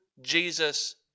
Jesus